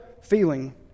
feeling